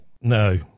No